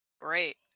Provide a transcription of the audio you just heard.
Great